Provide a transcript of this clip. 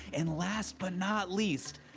and last but not least.